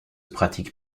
pratique